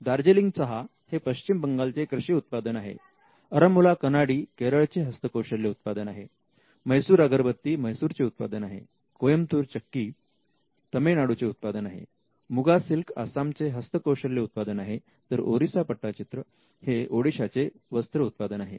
दार्जिलिंग चहा हे पश्चिम बंगाल चे कृषी उत्पादन आहे अरंमुला कनाडि केरळचे हस्तकौशल्य उत्पादन आहे मैसुर अगरबत्ती म्हैसूर चे उत्पादन आहे कोइंबतूर चक्की तमिळनाडू चे उत्पादन आहे मुगा सिल्क आसामचे हस्तकौशल्य उत्पादन आहे तर ओरिसा पट्टाचित्र हे ओडिशा चे वस्त्र उत्पादन आहे